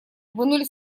вынули